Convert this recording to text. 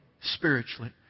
spiritually